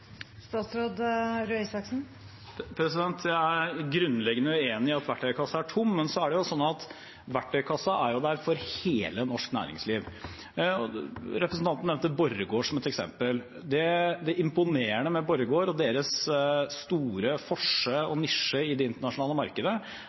grunnleggende uenig i at verktøykassen er tom. Det er jo sånn at verktøykassen er der for hele norsk næringsliv. Representanten nevnte Borregaard som eksempel. Det imponerende med Borregaard og deres store